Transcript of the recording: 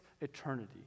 eternity